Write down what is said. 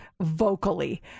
vocally